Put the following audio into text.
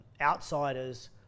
outsiders